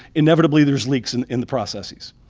inevitably there's leaks in in the processes.